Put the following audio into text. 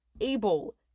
able